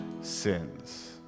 sins